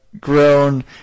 grown